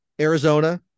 Arizona